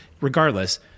regardless